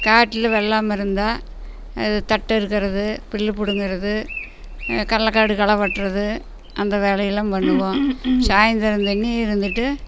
காட்டில் வெள்ளாமை இருந்தா அது தட்டு அறுக்கறது புல்லு பிடுங்குறது கள்ளை காடு களை வெட்டுறது அந்த வேலை எல்லாம் பண்ணுவோம் சாய்ந்தரம் தண்டி இருந்துவிட்டு